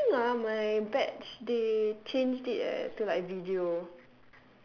oh I think ah my batch they changed it eh to like video